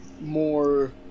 more